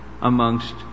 amongst